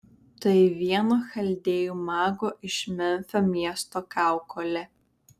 tai vieno chaldėjų mago iš memfio miesto kaukolė